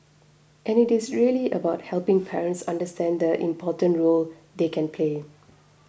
and it is really about helping parents understand the important role they can play